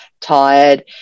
tired